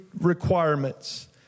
requirements